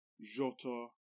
Jota